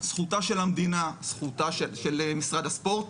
זכותה של המדינה, זכותו של משרד הספורט